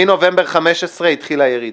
מנובמבר 2015 התחילה הירידה.